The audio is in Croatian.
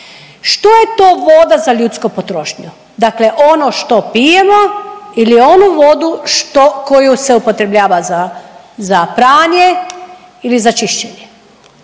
što je to voda za ljudsku potrošnju? Dakle ono što pijemo ili onu vodu što, koju se upotrebljava za pranje ili za čišćenje?